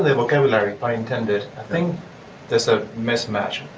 yeah vocabulary by intended i think there's a mismatch.